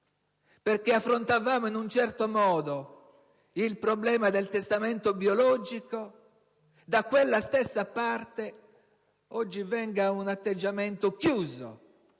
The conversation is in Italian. perché affrontavamo in un certo modo il problema del testamento biologico, oggi venga un atteggiamento chiuso,